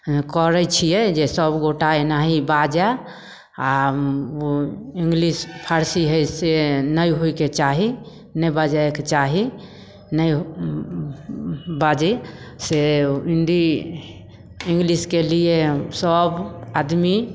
करय छियै जे सभ गोटा एना ही बाजय आओर इंग्लिश फारसी हइ से नहि होइके चाही नहि बाजय के चाही नहि बाजय सँ हिन्दी इंग्लिशके लिए सभ आदमी